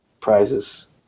prizes